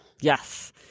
Yes